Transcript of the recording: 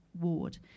ward